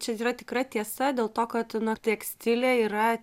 čia yra tikra tiesa dėl to kad na tekstilė yra